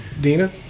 Dina